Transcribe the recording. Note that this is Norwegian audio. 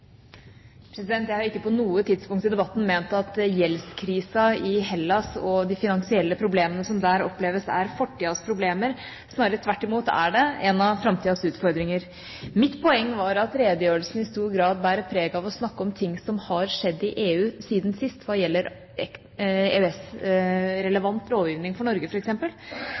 Jeg har ikke på noe tidspunkt i debatten ment at gjeldskrisa i Hellas og de finansielle problemene som der oppleves, er fortidas problemer. Snarere tvert imot er det en av framtidas utfordringer. Mitt poeng var at redegjørelsen i stor grad bærer preg av å ta opp ting som har skjedd i EU siden sist hva gjelder EØS-relevant lovgivning for Norge